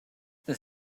this